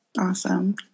Awesome